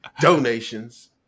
Donations